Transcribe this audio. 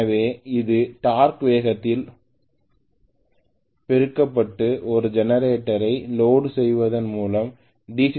எனவே இது டார்க் வேகத்தால் பெருக்கப்பட்டு ஒரு ஜெனரேட்டரை லோடு செய்வதன் மூலம் டி